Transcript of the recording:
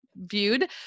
viewed